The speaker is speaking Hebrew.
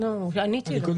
אז הינה, אני אומרת לך,